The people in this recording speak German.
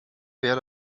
wäre